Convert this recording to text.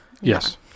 Yes